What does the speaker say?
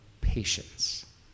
patience